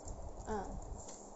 uh